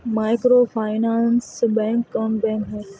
Microfinance bank कौन bank है?